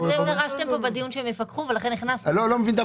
אתם דרשתם כאן בדיון שהם יפקחו ולכן הכנסנו אותם.